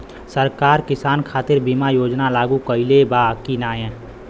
सरकार किसान खातिर बीमा योजना लागू कईले बा की ना?